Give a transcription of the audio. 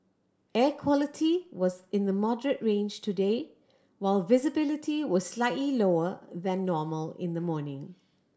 air quality was in the moderate range today while visibility was slightly lower than normal in the morning